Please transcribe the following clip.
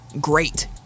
great